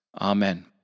Amen